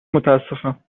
متاسفم